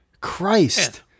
Christ